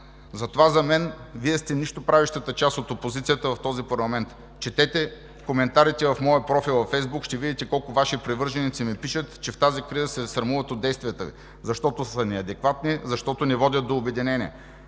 Затова за мен Вие сте нищоправещата част от опозицията в този парламент. Четете коментарите в моя профил във Фейсбук и ще видите колко Ваши привърженици ми пишат, че в тази криза се срамуват от действията Ви, защото са неадекватни, защото не водят до обединение.